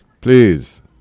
please